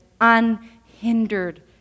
unhindered